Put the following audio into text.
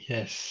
Yes